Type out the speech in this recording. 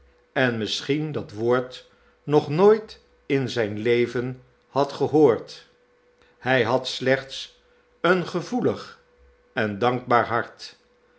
en misschien dat woord nog nooit in zijn leven had gehoord hij had slechts een gevoelig en dankbaar hart